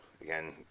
Again